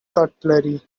cutlery